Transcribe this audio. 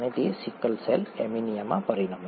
અને તે sickle cell એનિમિયામાં પરિણમે છે